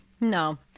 No